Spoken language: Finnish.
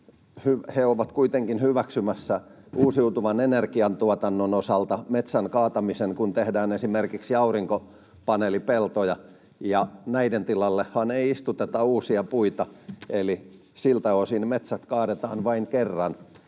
ovat kuitenkin hyväksymässä uusiutuvan energiantuotannon osalta metsän kaatamisen, kun tehdään esimerkiksi aurinkopaneelipeltoja, ja näiden tilallehan ei istuteta uusia puita. Eli siltä osin metsät kaadetaan vain kerran,